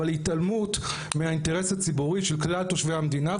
אבל התעלמות מהאינטרס הציבורי של כלל תושבי המדינה,